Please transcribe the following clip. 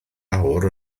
awr